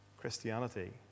Christianity